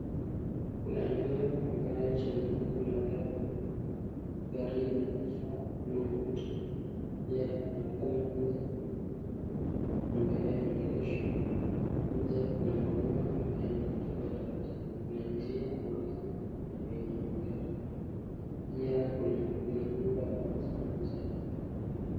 Kuna nyumba ambaye chini yake kuna gari. Gari imeligeshwa. Haina mtu pia wanaonekana nje kuna magari yameigesha. Nje kuna maua ambayo yamekatwa kwa utaratibu. Kuna njia au lami yenye magari. Pia kuna nyumba ambayo iko nje ya gari.